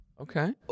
Okay